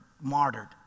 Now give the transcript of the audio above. martyred